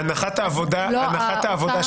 הנחת העבודה שלי,